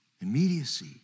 Immediacy